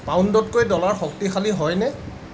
পাউণ্ডতকৈ dollar শক্তিশালী হয় নে